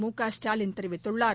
மு க ஸ்டாலின் தெரிவித்துள்ளார்